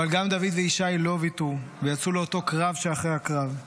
אבל גם דוד וישי לא ויתרו ויצאו לאותו קרב שאחרי הקרב.